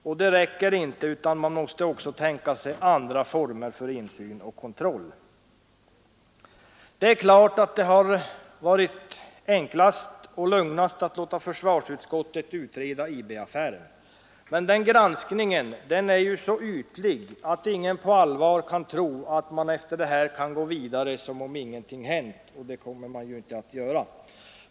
Men det räcker inte utan man måste också tänka sig andra former för insyn och kontroll. Det är klart att det varit enklast och lugnast att låta försvarsutskottet utreda IB-affären. Men den granskningen är ju så ytlig, att ingen på allvar kan tro att man efter detta kan gå vidare som om ingenting hänt och det kommer man heller inte att göra.